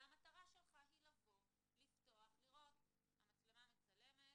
המטרה שלך היא לפתוח אם המצלמה מצלמת